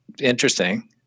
interesting